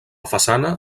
façana